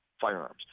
firearms